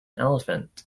elephant